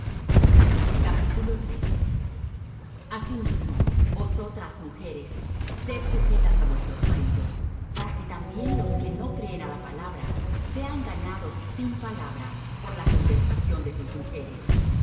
almas asimismo vosotras mujeres sed sujetas á vuestros maridos para que también los que no creen á la palabra sean ganados sin palabra por la conversación de sus mujeres